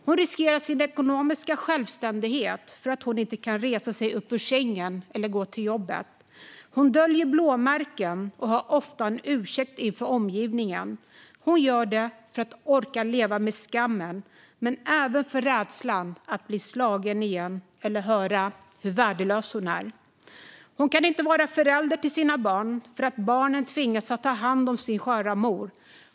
Hon riskerar sin ekonomiska självständighet för att hon inte kan resa sig ur sängen och gå till jobbet. Hon döljer blåmärken och har ofta en ursäkt inför omgivningen. Hon gör det för att orka leva med skammen men även på grund av rädslan för att bli slagen igen eller höra hur värdelös hon är. Hon kan inte vara förälder till sina barn eftersom barnen tvingas ta hand om sin sköra mor.